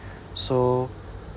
so